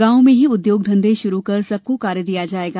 गांव में ही उद्योग धंधे शुरू कर सबको कार्य दिया जाएगा